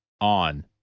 on